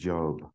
Job